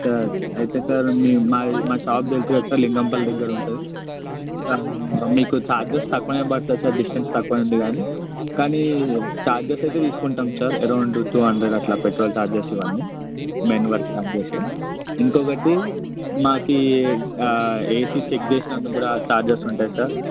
sir అయితే sir మీ మా మా షాప్ తెలుసు కదా సార్ లింగంపల్లి దగ్గర ఉంటుంది మీకు చార్జెస్ తక్కువ పడుతుంది సార్ డిస్టన్స్ తక్కువ ఉంది కానీ కానీ ఛార్జెస్ అయితే తీసుకుంటాం సార్ అరౌండ్ టూ హండ్రెడ్ అట్లా పెట్రోల్ చార్జెస్ ఇవన్నీ మెయిన్ వరకు అంతే సార్ ఇంకొకటి మాకు ఏసి చెక్ చేసినందుకు కూడా ఛార్జెస్ ఉంటాయి సార్